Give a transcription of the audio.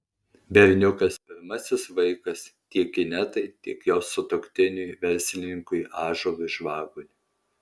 berniukas pirmasis vaikas tiek inetai tiek jos sutuoktiniui verslininkui ąžuolui žvaguliui